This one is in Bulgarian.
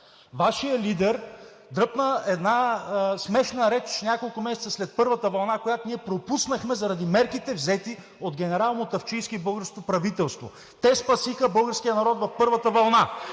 Вашият лидер дръпна една смешна реч няколко месеца след първата вълна, която ние пропуснахме заради мерките, взети от генерал Мутафчийски и българското правителство. Те спасиха българския народ в първата вълна.